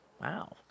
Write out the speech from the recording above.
wow